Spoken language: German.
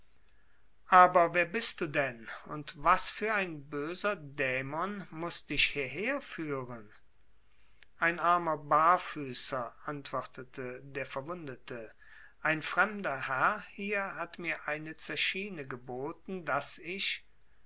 aber wer bist du denn und was für ein böser dämon muß dich hieher fühen ein armer barfüßer antwortete der verwundete ein fremder herr hier hat mir eine zechine geboten daß ich